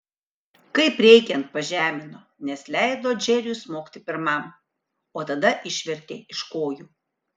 kaip reikiant pažemino nes leido džeriui smogti pirmam o tada išvertė iš kojų